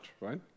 right